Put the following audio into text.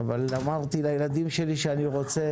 אבל אמרתי לילדים שלי שאני רוצה,